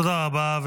תודה רבה.